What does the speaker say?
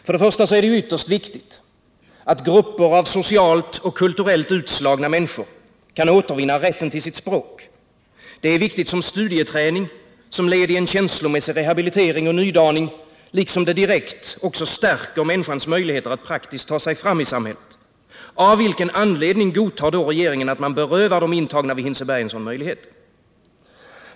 För det första: Det är ytterst viktigt, att grupper av socialt och kulturellt utslagna kan återvinna rätten till sitt språk. Det är viktigt som studieträning och som led i en känslomässig rehabilitering och nydaning liksom det också direkt stärker människans möjligheter att praktiskt ta sig fram i samhället. Av vilken anledning godtar då regeringen att man berövar de intagna vid Hinseberg en sådan möjlighet?